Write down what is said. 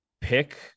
pick